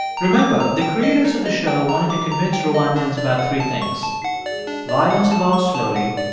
remember, the creators of the show wanted to convince rwandans about three things violence evolves slowly,